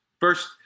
First